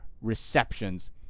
receptions